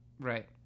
Right